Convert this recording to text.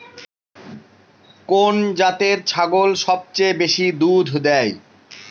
কোন জাতের ছাগল সবচেয়ে বেশি দুধ দেয়?